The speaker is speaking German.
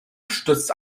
stürzt